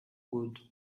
good